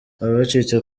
abacitse